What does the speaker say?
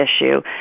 issue